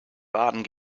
baden